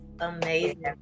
amazing